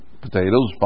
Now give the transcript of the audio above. potatoes